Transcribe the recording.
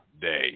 Day